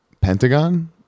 Pentagon